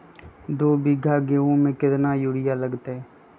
दो बीघा गेंहू में केतना यूरिया लगतै?